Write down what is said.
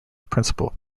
principle